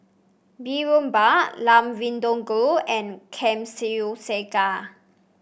Boribap Lamb Vindaloo and